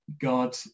God